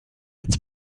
its